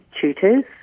tutors